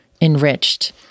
enriched